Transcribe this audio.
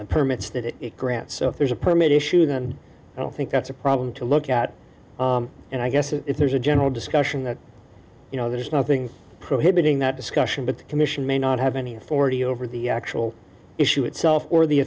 grants so if there's a permit issue then i don't think that's a problem to look at and i guess if there's a general discussion that you know there's nothing prohibiting that discussion but the commission may not have any authority over the actual issue itself or the